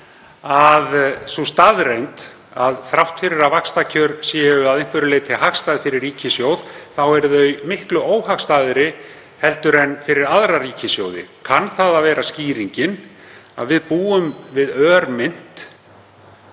að sú staðreynd að þrátt fyrir að vaxtakjör séu að einhverju leyti hagstæð fyrir ríkissjóð, þá séu þau miklu óhagstæðari en fyrir aðra ríkissjóði? Kann það að vera skýringin að við búum við örmynt?